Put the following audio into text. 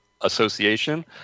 Association